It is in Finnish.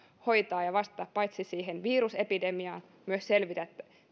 hoitaa ja ja vastata siihen virusepidemiaan myös selvitä